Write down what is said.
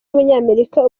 w’umunyamerika